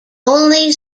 only